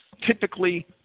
typically